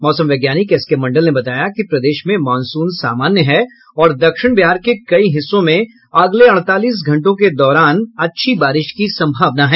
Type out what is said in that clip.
मौसम वैज्ञानिक S K Mandal ने बताया कि प्रदेश में मानसून सामान्य है और दक्षिण बिहार के कई हिस्सों में अगले अड़तालीस घंटों के दौरान अच्छी बारिश की संभावना है